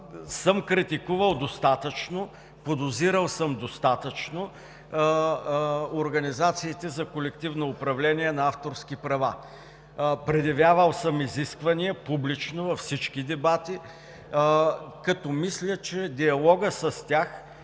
съм критикувал достатъчно, подозирал съм достатъчно организациите за колективно управление на авторски права, предявявал съм изисквания – публично във всички дебати, като мисля, че диалогът с тях